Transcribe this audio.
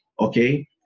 okay